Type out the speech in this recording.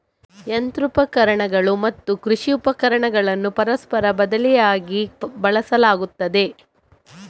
ಯಂತ್ರೋಪಕರಣಗಳು ಮತ್ತು ಕೃಷಿ ಉಪಕರಣಗಳನ್ನು ಪರಸ್ಪರ ಬದಲಿಯಾಗಿ ಬಳಸಲಾಗುತ್ತದೆ